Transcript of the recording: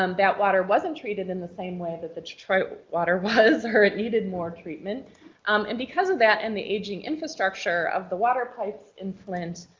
um that water wasn't treated in the same way that the detroit water was or it needed more treatment um and because of that and the aging infrastructure of the water pipes in flint,